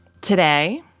Today